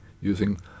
using